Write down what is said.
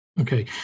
Okay